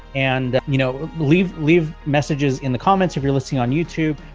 and, you know, leave leave messages in the comments. if you're listening on youtube.